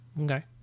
okay